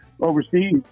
overseas